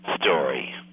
story